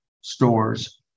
stores